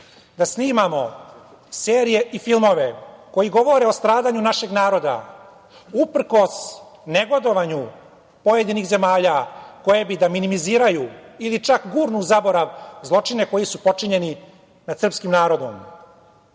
da snimamo serije i filmove koji govore o stradanju našeg naroda, uprkos negodovanju pojedinih zemalja koje bi da minimiziraju ili čak gurnu u zaborav zločine koji su počinjeni nad srpskim narodom.U